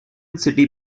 city